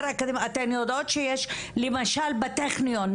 אתן יודעות שיש למשל בטכניון,